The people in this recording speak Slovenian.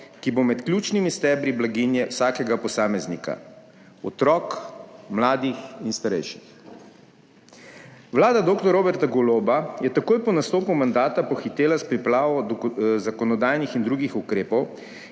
ki bo med ključnimi stebri blaginje vsakega posameznika, otrok, mladih in starejših. Vlada dr. Roberta Goloba je takoj po nastopu mandata pohitela s pripravo zakonodajnih in drugih ukrepov,